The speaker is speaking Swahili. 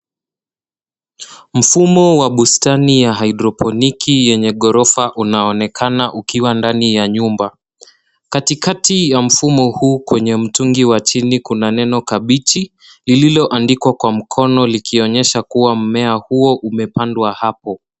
Mfumo wa bustani ya hydroponic yenye ghorofa unaonekana ukiwa ndani ya nyumba. Katikati ya mfumo huu kwenye mtungi wa chini kuna neno, kabichi, lililoandikwa kwa mkono likionyesha kuwa mmea huu umepandwa hapo.